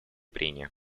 прения